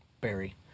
Barry